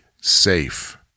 safe